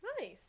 nice